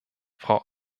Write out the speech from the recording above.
frau